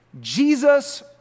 Jesus